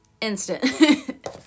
instant